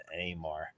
anymore